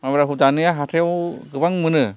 माइब्राखौ दानिया हाथायाव गोबां मोनो